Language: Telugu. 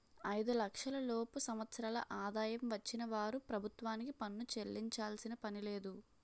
ఐదు లక్షల లోపు సంవత్సరాల ఆదాయం వచ్చిన వారు ప్రభుత్వానికి పన్ను చెల్లించాల్సిన పనిలేదు